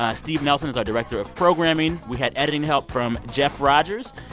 ah steve nelson's our director of programming. we had editing help from jeff rogers.